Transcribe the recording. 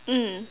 mm